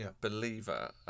believer